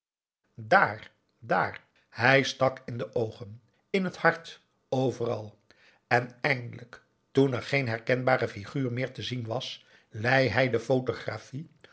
daar daar hij stak in de oogen in het hart overal en eindelijk toen er geen herkenbare figuur meer te zien was lei hij de